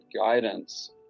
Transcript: guidance